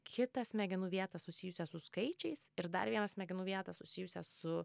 kitą smegenų vietą susijusią su skaičiais ir dar vieną smegenų vietą susijusią su